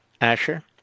Asher